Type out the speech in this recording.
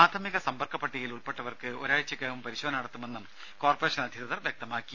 പ്രാഥമിക സമ്പർക്ക പട്ടികയിൽ ഉൾപ്പെട്ടവർക്ക് ഒരാഴ്ചക്കകം പരിശോധന നടത്തുമെന്നും കോർപ്പറേഷൻ അധികൃതർ വ്യക്തമാക്കി